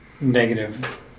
negative